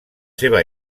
seva